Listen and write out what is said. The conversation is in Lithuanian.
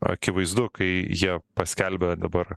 akivaizdu kai jie paskelbia dabar